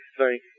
thank